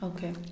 Okay